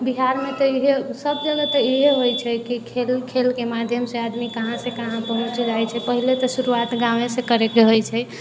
बिहारमे तऽ इहे सभ जगह तऽ इएह होइ छै कि खेल खेलके माध्यमसँ आदमी कहाँ सँ कहाँ पहुँच जाइ छै पहिले तऽ शुरूआत गाँवेसँ करैके होइ छै